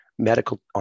Medical